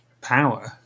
power